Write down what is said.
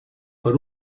per